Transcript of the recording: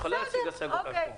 בסדר, אוקיי.